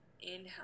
Inhale